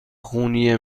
خونی